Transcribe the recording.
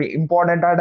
important